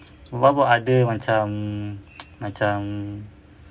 ada macam macam